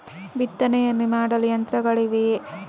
ಬಿತ್ತನೆಯನ್ನು ಮಾಡಲು ಯಂತ್ರಗಳಿವೆಯೇ?